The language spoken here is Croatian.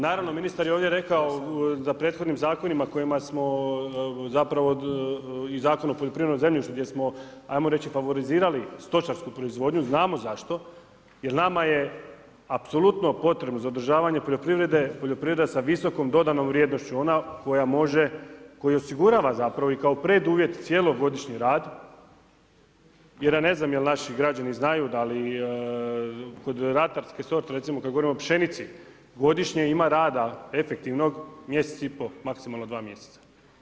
Naravno ministar je ovdje rekao da prethodnim zakonima, kojima smo, zapravo i Zakon o poljoprivrednom zemljištu, gdje smo, ajmo reći, favorizirali stočaraka proizvodnju, znamo zašto, jer nama je apsolutno potrebno, za održavanje poljoprivrede, poljoprivreda sa visokom dodanom vrijednošću, ona koja može, koja osigurava zapravo i kao preduvjet cijelo godišnji rad, jer ja ne znam, da li naši građani znaju, da li kod ratarske sorte, recimo kada govorimo o pšenici, godišnje ima rada efektivnog mjesec i pol, maksimalno dva mjeseca.